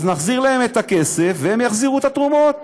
נחזיר להם את הכסף והם יחזירו את התרומות.